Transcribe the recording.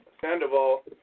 sandoval